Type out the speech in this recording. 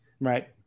Right